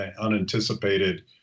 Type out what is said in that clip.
unanticipated